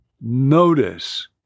Notice